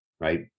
right